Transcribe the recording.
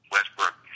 Westbrook